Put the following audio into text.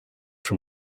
from